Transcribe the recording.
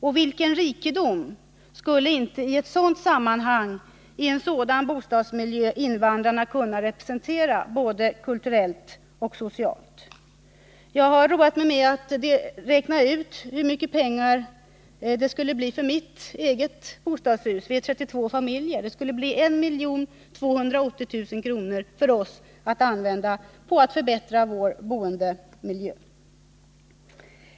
Och vilken rikedom skulle inte i ett sådant sammanhang och i en sådan bostadsmiljö invandrarna kunna representera, både kulturellt och socialt! Jag har roat mig med att räkna ut hur mycket pengar det skulle bli för mitt eget bostadshus, där det bor 32 familjer. Det skulle bli 1 280 000 kr. för oss, att kunna användas till förbättring av vår boendemiljö.